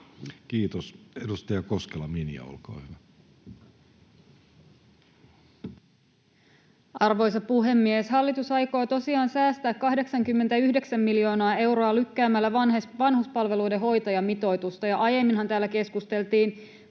Kiitos. — Edustaja Koskela, Minja, olkaa hyvä. Arvoisa puhemies! Hallitus aikoo tosiaan säästää 89 miljoonaa euroa lykkäämällä vanhuspalveluiden hoitajamitoitusta, ja aiemminhan täällä keskusteltiin